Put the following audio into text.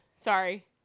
sorry